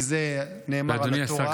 כי זה נאמר על התורה,